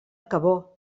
cabó